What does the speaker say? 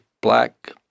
black